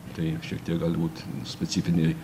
tai šiek tiek gali būt specifiniai